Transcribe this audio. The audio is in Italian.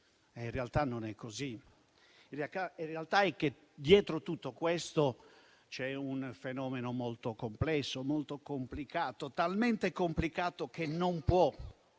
In realtà non è così. In realtà, dietro tutto questo c'è un fenomeno molto complesso e molto complicato, talmente complicato che non può